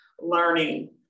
learning